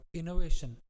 innovation